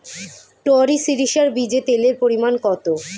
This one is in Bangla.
টরি সরিষার বীজে তেলের পরিমাণ কত?